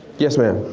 yes ma'am.